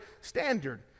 standard